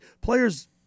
players –